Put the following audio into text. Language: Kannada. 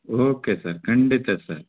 ಓಕೆ ಸರ್ ಖಂಡಿತ ಸರ್